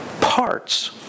parts